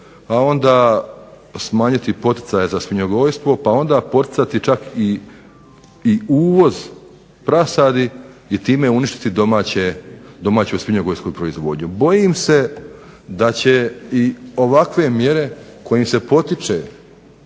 a onda smanjiti poticaje za svinjogojstvo, pa onda poticati čak uvoz prasadi i time uništiti domaću svinjogojsku proizvodnju. Bojim se da će ovakve mjere kojim se potiče